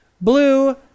Blue